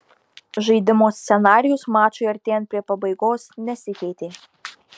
žaidimo scenarijus mačui artėjant prie pabaigos nesikeitė